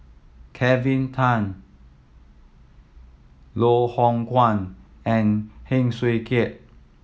Kelvin Tan Loh Hoong Kwan and Heng Swee Keat